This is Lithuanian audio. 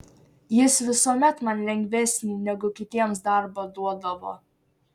jis visuomet man lengvesnį negu kitiems darbą duodavo